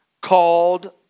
called